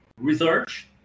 research